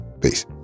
peace